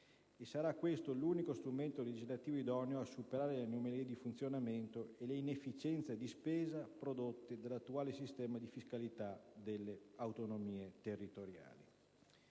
Sarà l'unico strumento legislativo idoneo a superare le anomalie di funzionamento e le inefficienze di spesa prodotte dall'attuale sistema di fiscalità delle autonomie territoriali.